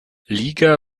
liga